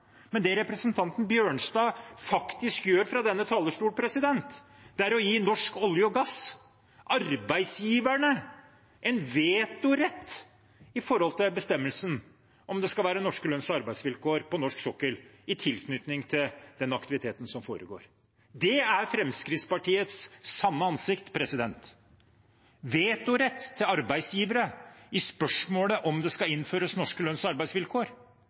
Det representanten Bjørnstad faktisk gjør fra denne talerstolen, er å gi Norsk olje og gass – arbeidsgiverne – en vetorett når det gjelder bestemmelsen om det skal være norske lønns- og arbeidsvilkår på norsk sokkel i tilknytning til den aktiviteten som foregår. Det er Fremskrittspartiets sanne ansikt: vetorett til arbeidsgivere i spørsmålet om det skal innføres norske lønns- og arbeidsvilkår.